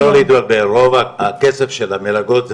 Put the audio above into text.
לא להתבלבל, הכסף של המלגות זה